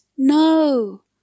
No